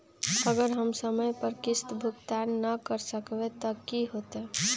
अगर हम समय पर किस्त भुकतान न कर सकवै त की होतै?